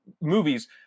movies